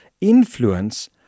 influence